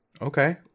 Okay